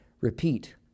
repeat